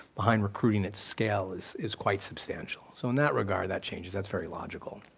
behind recruiting at scale is is quite substantial, so in that regard that changes. that's very logical.